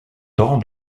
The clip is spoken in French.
tant